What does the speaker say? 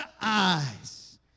eyes